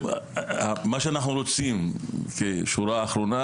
מה שאנחנו רוצים כשורה אחרונה,